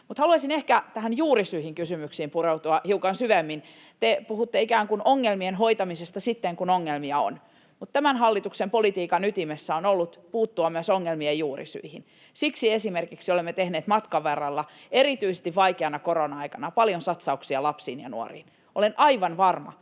Mutta haluaisin ehkä juurisyiden kysymyksiin pureutua hiukan syvemmin. Te puhutte ikään kuin ongelmien hoitamisesta sitten, kun ongelmia on. Mutta tämän hallituksen politiikan ytimessä on ollut puuttua myös ongelmien juurisyihin. Siksi esimerkiksi olemme tehneet matkan varrella, erityisesti vaikeana korona-aikana, paljon satsauksia lapsiin ja nuoriin. Olen aivan varma,